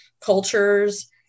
cultures